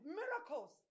miracles